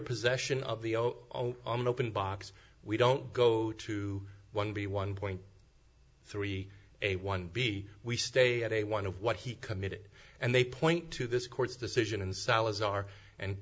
possession of the o on an open box we don't go to one b one point three a one b we stay at a one of what he committed and they point to this court's decision in salazar and